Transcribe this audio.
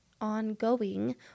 ongoing